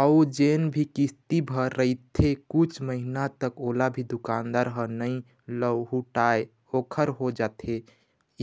अउ जेन भी किस्ती भर रहिथे कुछ महिना तक ओला भी दुकानदार ह नइ लहुटाय ओखर हो जाथे